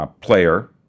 player